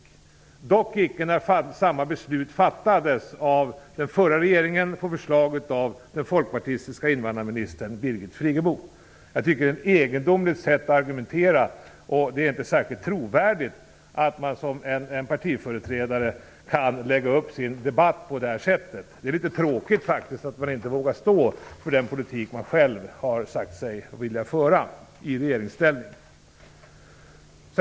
Det gällde dock icke när samma beslut fattades av den förra regeringen på förslag av den folkpartistiska invandrarministern Birgit Friggebo. Jag tycker att det är ett egendomligt sätt att agera. Det är inte särskilt trovärdigt att en partiföreträdare lägger upp sin debatt på det här sättet. Det är faktiskt litet tråkigt att man inte vågar stå för den politik som man själv har sagt sig vilja föra när partiet var i regeringsställning.